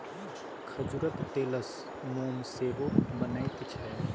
खजूरक तेलसँ मोम सेहो बनैत छै